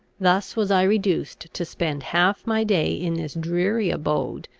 thus was i reduced to spend half my day in this dreary abode,